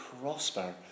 prosper